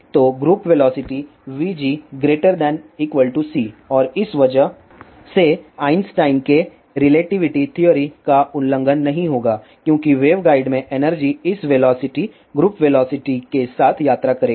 तो group velocity vg≥c और इस वजह से आइंस्टीन के रिलेटिविटी थ्योरी का उल्लंघन नहीं होगा क्योंकि वेवगाइड में एनर्जी इस वेलोसिटी ग्रुप वेलोसिटी के साथ यात्रा करेगी